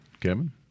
Kevin